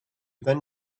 then